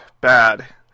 bad